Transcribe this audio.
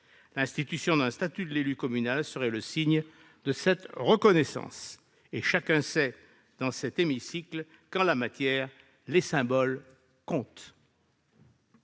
L'institution d'un statut de l'élu communal serait le signe de cette reconnaissance et chacun sait dans cet hémicycle qu'en la matière les symboles comptent.